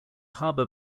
harbour